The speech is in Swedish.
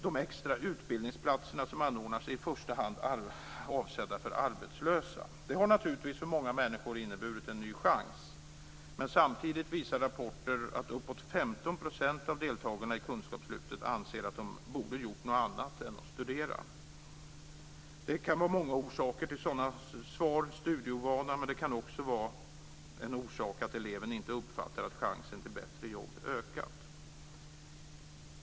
De extra utbildningsplatser som anordnas är i första hand avsedda för arbetslösa. Det har naturligtvis för många människor inneburit en ny chans, men samtidigt visar rapporter att uppemot 15 % av deltagarna i kunskapslyftet anser att de borde ha gjort något annat än studera. Det kan finnas många orsaker till sådana svar, såsom studieovana, men en orsak kan också vara att eleven inte uppfattar att chansen till ett bättre jobb har ökat.